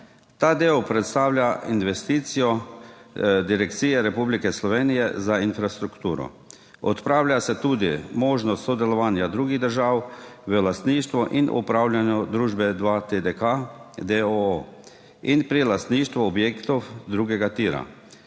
Ta del predstavlja investicijo Direkcije Republike Slovenije za infrastrukturo. Odpravlja se tudi možnost sodelovanja drugih držav v lastništvu in upravljanju družbe 2TDK, d. o. o., in pri lastništvu objektov drugega tira.